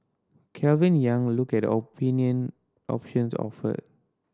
Calvin Yang look at the opinion options offered